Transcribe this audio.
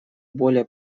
более